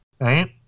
right